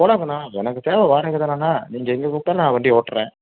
போகலாமுண்ணா எனக்கு தேவை வாடகை தானேண்ணா நீங்கள் எங்கே கூப்பிட்டாலும் நான் வண்டி ஓட்டுறேன்